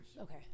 Okay